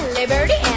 liberty